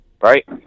right